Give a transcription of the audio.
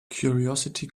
curiosity